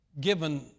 given